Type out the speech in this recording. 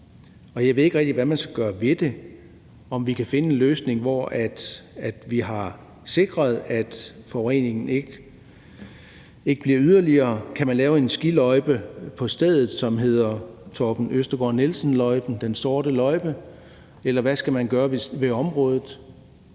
Jeg ved ikke rigtig, hvad man skal gøre ved det. Kan vi finde en løsning, hvor vi sikrer, at forureningen ikke bliver større? Kan man lave en skiløjpe på stedet, som hedder Torben Østergaard-Nielsenløjpen, den sorte løjpe, eller hvad skal man gøre ved området?